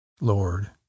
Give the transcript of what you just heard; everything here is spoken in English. Lord